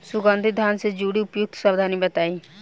सुगंधित धान से जुड़ी उपयुक्त सावधानी बताई?